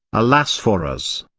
alas for us!